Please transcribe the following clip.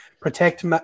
protect